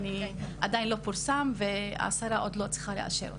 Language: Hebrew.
זה עדיין לא פורסם והשרה עוד צריכה לאשר אותו.